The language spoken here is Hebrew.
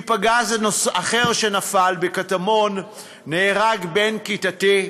מפגז אחר, שנפל בקטמון, נהרג בן כיתתי.